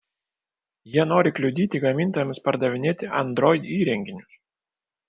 jie nori kliudyti gamintojams pardavinėti android įrenginius